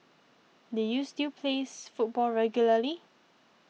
do you still plays football regularly